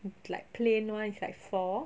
like plain [one] is like four